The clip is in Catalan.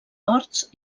horts